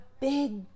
big